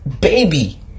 baby